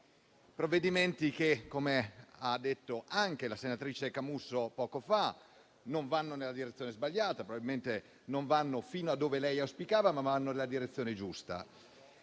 come queste che, come ha detto anche la senatrice Camusso poco fa, non vanno nella direzione sbagliata; probabilmente non arrivano fino a dove lei auspicava, ma vanno nella direzione giusta.